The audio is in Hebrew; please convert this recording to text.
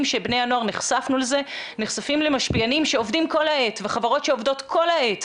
שבני הנוער נחשפים למשפיענים שעובדים כל העת וחברות שעובדות כל העת